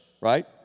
right